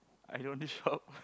I only shop